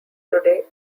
today